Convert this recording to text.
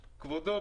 כבודו,